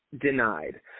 denied